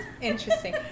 interesting